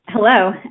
Hello